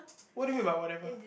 what do you mean by whatever